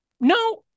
No